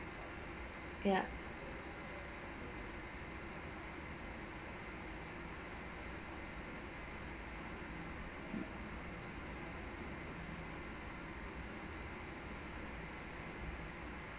ya